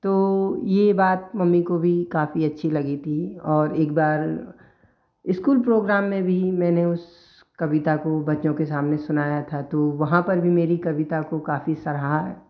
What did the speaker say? तो ये बात मम्मी को भी काफ़ी अच्छी लगी थी और एक बार स्कूल प्रोग्राम में भी मैंने उस कविता को बच्चों के सामने सुनाया था तो वहाँ पर भी मेरी कविता को काफ़ी सराहा